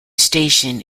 station